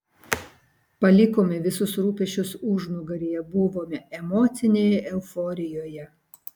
palikome visus rūpesčius užnugaryje buvome emocinėje euforijoje